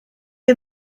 chi